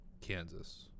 Kansas